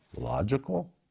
logical